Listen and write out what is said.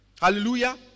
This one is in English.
Hallelujah